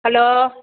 hello